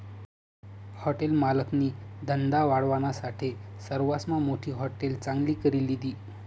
hotel मालकनी धंदा वाढावानासाठे सरवासमा मोठी हाटेल चांगली करी लिधी